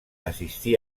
assistí